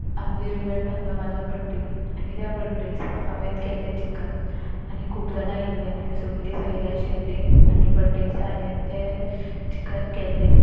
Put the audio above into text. आमगेर इवेंट आसलो म्हाजो बर्थडे आनी त्या बर्थडेया दिसा हांवें केल्लें चिक्कन आनी खूब जाणां येयल्ली आमगेर सगळीं सोयरी आशिल्ली आनी बर्थडे दिसा हांवें तें चिक्कन केल्लें